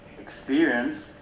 experience